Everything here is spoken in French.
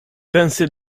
pincé